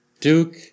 Duke